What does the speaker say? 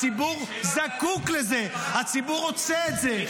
הציבור זקוק לזה, הציבור רוצה את זה.